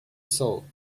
soul